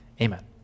Amen